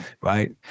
Right